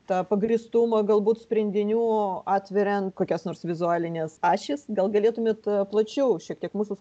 tą pagrįstumą galbūt sprendinių atveriant kokias nors vizualines ašis gal galėtumėt plačiau šiek tiek mūsų